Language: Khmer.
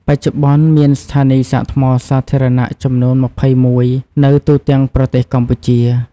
បច្ចុប្បន្ន មានស្ថានីយ៍សាកថ្មសាធារណៈចំនួន ២១ នៅទូទាំងប្រទេសកម្ពុជា។